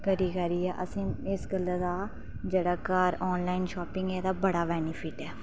करी कराइयै असें इस गल्ला दा जेहड़ा घर आनलाइन शापिंग ऐ एहदा बड़ा बेनीफिट ऐ